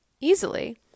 easily